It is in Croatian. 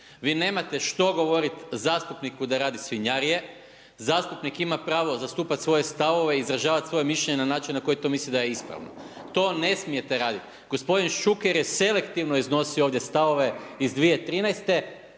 Vi nemate što govoriti zastupniku da radi svinjarije, zastupnik ima pravo zastupat svoje stavove i izražavat svoje mišljenje na način na koji misli da je ispravo. To ne smijete radit. Gospodin Šuker je selektivno iznosio ovdje stavove iz 2013.